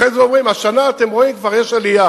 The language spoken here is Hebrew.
אחרי זה אומרים: השנה, אתם רואים, כבר יש עלייה,